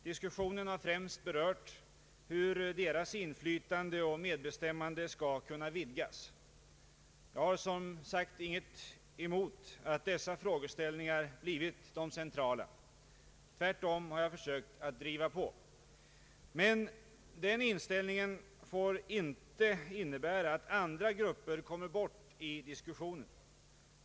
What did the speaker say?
Diskussionen har främst berört hur deras inflytande och medbestämmande skall kunna vidgas. Jag har som sagt inget emot att dessa frågeställningar blivit de centrala. Tvärtom har jag försökt att driva på. Men denna inställning får dock inte innebära att andra grupper kommer bort i diskussionen.